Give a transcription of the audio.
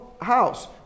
house